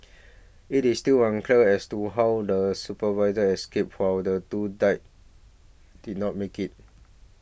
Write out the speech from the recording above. it is still unclear as to how the supervisor escaped while the two die did not make it